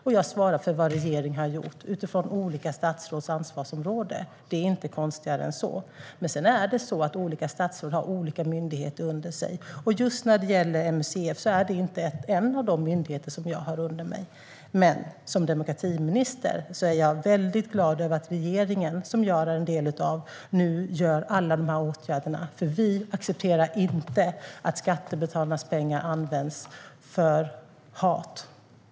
Och jag svarar för vad regeringen har gjort, utifrån olika statsråds ansvarsområden. Det är inte konstigare än så. Men det är på det sättet att olika statsråd har olika myndigheter under sig. Och just MUCF är inte en av de myndigheter som jag har under mig. Som demokratiminister är jag väldigt glad över att regeringen, som jag är en del av, nu vidtar alla de här åtgärderna. Vi accepterar inte att skattebetalarnas pengar går till hat.